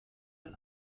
den